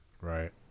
right